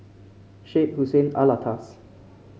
Syed Hussein Alatas